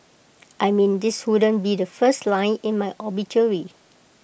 I mean this wouldn't be the first line in my obituary